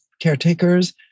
caretakers